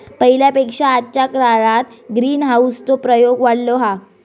पहिल्या पेक्षा आजच्या काळात ग्रीनहाऊस चो प्रयोग वाढलो हा